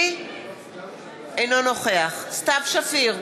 אינו נוכח סתיו שפיר,